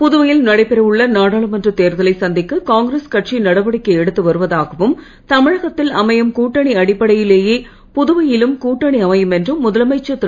புதுவையில் நடைபெற உற்ற நாடாளுமன்ற தேர்தலை சந்திக்க காங்கிரஸ் கட்சி நடவடிக்கை எடுத்து வருவதாகவும் தமிழகத்தில் அமையும் கூட்டணி அடிப்படையிலேயே புதுவையிலும் கூட்டணி அமையும் என்றும் முதலமைச்சர் திரு